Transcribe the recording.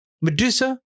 Medusa